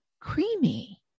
creamy